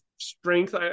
Strength